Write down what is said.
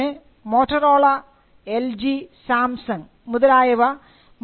ഉദാഹരണത്തിന് Motorola LG Samsung മുതലായവ